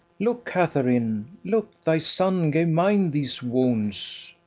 look, katharine, look! thy son gave mine these wounds.